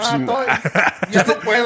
no